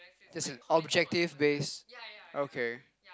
this is objective based okay